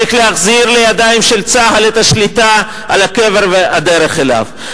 צריך להחזיר לידיים של צה"ל את השליטה על הקבר והדרך אליו.